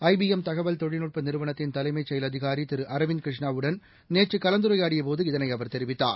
IBM தகவல் தொழில்நுட்ப நிறுவனத்தின் தலைமைச் செயல் அதிகாரி திரு அரவிந்த் கிருஷ்ணாவுடன் நேற்று கலந்துரையாடியபோது இதனைஅவர் தெரிவித்தார்